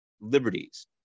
liberties